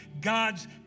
God's